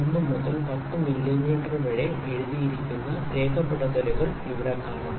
01 മുതൽ 10 മില്ലിമീറ്റർ വരെ എഴുതിയിരിക്കുന്ന രേഖപെടുത്തലുകൾ ഇവിടെ കാണാം